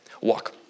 Walk